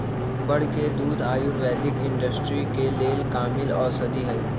बड़ के दूध आयुर्वैदिक इंडस्ट्री के लेल कामिल औषधि हई